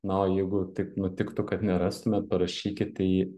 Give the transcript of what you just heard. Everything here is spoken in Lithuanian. na o jeigu taip nutiktų kad nerastumėt parašykite į